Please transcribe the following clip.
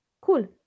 Cool